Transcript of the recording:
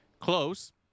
close